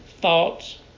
thoughts